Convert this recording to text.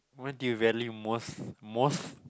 what do you value most most